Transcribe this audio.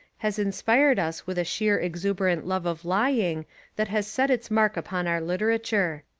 has inspired us with a sheer exuberant love of lying that has set its mark upon our literature.